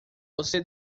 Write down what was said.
você